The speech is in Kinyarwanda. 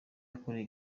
akoreye